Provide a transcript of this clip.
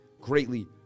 greatly